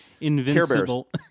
Invincible